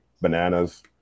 Bananas